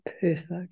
perfect